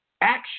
action